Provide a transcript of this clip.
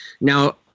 Now